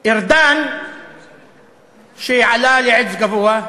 ארדן שעלה על עץ גבוה,